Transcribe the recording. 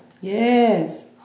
Yes